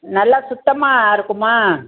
நல்லா சுத்தமாக இருக்குமா